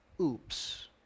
oops